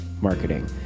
marketing